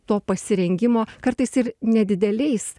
to pasirengimo kartais ir nedideliais